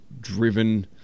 driven